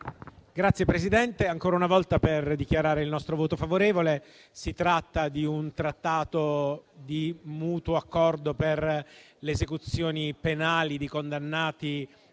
intervengo ancora una volta per dichiarare il nostro voto favorevole. Si tratta di un Trattato di mutuo accordo per le esecuzioni penali di condannati